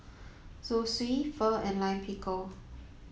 Zosui Pho and Lime Pickle